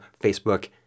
Facebook